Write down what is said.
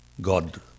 God